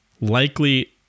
likely